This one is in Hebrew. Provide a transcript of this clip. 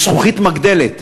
עם זכוכית מגדלת,